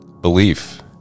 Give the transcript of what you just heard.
Belief